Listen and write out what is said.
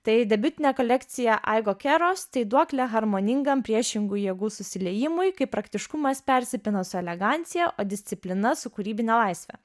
tai debiutinė kolekcija aigo keros tai duoklė harmoningam priešingų jėgų susiliejimui kaip praktiškumas persipina su elegancija o disciplina su kūrybine laisve